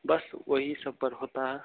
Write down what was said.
बस वही सब पर होता है